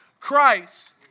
Christ